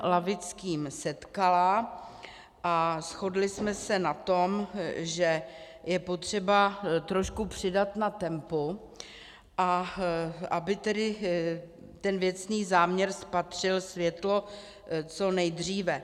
Lavickým setkala a shodli jsme se na tom, že je potřeba trošku přidat na tempu, aby ten věcný záměr spatřil světlo co nejdříve.